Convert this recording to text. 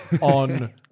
on